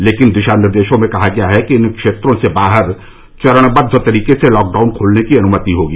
लेकिन दिशा निर्देशों में कहा गया है कि इन क्षेत्रों से बाहर चरणबद्व तरीके से लॉकडाउन खोलने की अनुमति होगी